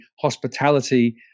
hospitality